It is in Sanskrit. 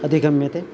अदिगम्यते